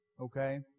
okay